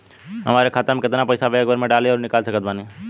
हमार खाता मे केतना पईसा एक बेर मे डाल आऊर निकाल सकत बानी?